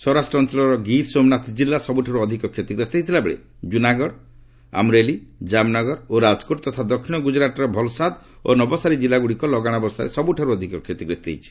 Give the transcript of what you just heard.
ସୌରାଷ୍ଟ୍ର ଅଞ୍ଚଳର ଗିରସୋମନାଥ କିଲ୍ଲା ସବୁଠାରୁ ଅଧିକ କ୍ଷତିଗ୍ରସ୍ତ ହୋଇଥିବା ବେଳେ ଜୁନାଗଡ଼ ଆମରେଲି ଜାମ୍ନଗର ଓ ରାଜକୋଟ୍ ତଥା ଦକ୍ଷିଣ ଗୁଜରାଟର ଭଲସାଦ ଓ ନବସାରି ଜିଲ୍ଲାଗୁଡ଼ିକ ଲଗାଣ ବର୍ଷାରେ ସବୁଠାରୁ ଅଧିକ କ୍ଷତିଗ୍ରସ୍ତ ହୋଇଛି